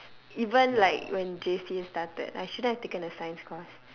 even like when J_C started I shouldn't have taken a science course